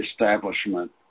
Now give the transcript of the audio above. establishment